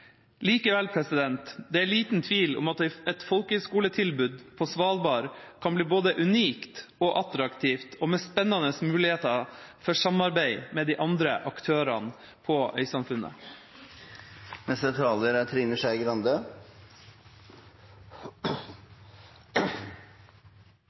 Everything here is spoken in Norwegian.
Likevel er det liten tvil om at et folkehøyskoletilbud på Svalbard kan bli både unikt og attraktivt – og med spennende muligheter for samarbeid med de andre aktørene i øysamfunnet. Jeg vil gjerne takke saksordføreren for en god og grundig gjennomgang. Jeg er